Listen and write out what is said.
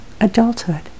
adulthood